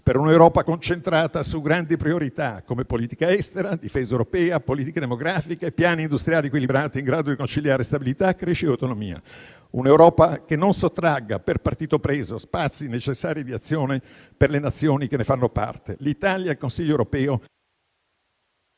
per un'Europa concentrata su grandi priorità come politica estera, difesa europea, politiche demografiche, piani industriali equilibrati in grado di conciliare stabilità, crescita e autonomia; un'Europa che non sottragga, per partito preso, spazi necessari di azione per le Nazioni che ne fanno parte. L'Italia al Consiglio europeo…